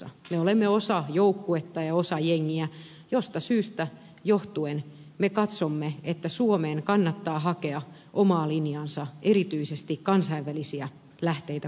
me olemme osa joukkuetta ja osa jengiä mistä syystä johtuen me katsomme että suomen kannattaa hakea omaa linjaansa erityisesti kansainvälisiä lähteitä kuunnellen